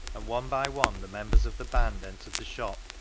and one by one the members of the band entered the shop,